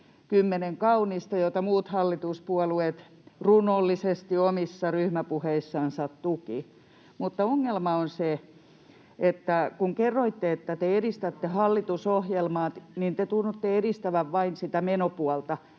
kaunista, mitä muut hallituspuolueet runollisesti omissa ryhmäpuheissansa tukivat, mutta ongelma on se, että kun kerroitte, että te edistätte hallitusohjelmaa, [Paavo Arhinmäki: Mitäs vikaa